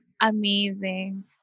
amazing